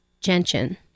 Gentian